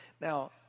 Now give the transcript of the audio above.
now